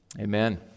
amen